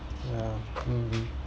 yeah mmhmm